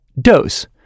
Dose